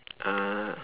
uh